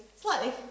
slightly